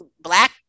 black